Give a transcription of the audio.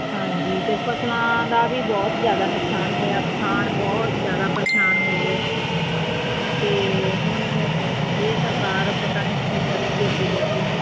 ਹਾਂਜੀ ਅਤੇ ਫਸਲਾਂ ਦਾ ਵੀ ਬਹੁਤ ਜ਼ਿਆਦਾ ਨੁਕਸਾਨ ਹੋਇਆ ਕਿਸਾਨ ਬਹੁਤ ਜ਼ਿਆਦਾ ਪਰੇਸ਼ਾਨ ਹੋ ਗਏ ਅਤੇ ਹੁਣ ਇਹ ਸਰਕਾਰ ਪਤਾ ਨਹੀਂ ਕੀ ਕਰੇਗੀ ਅੱਗੇ ਜਾ ਕੇ